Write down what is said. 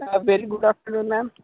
a very good afternoon ma'am